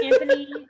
Anthony